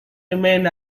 remained